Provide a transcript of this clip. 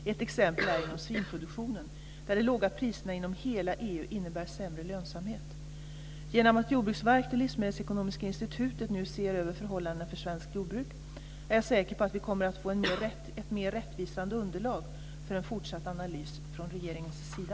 Ett exempel är inom svinproduktionen, där de låga priserna inom hela EU innebär sämre lönsamhet. Genom att Jordbruksverket och Livsmedelsekonomiska institutet nu ser över förhållandena för svenskt jordbruk är jag säker på att vi kommer att få ett mer rättvisande underlag för en fortsatt analys från regeringens sida.